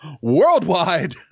worldwide